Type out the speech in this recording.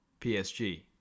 psg